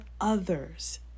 others